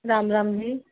ਰਾਮ ਰਾਮ ਜੀ